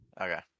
Okay